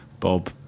Bob